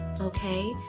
Okay